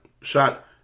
Shot